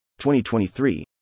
2023